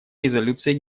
резолюции